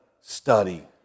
study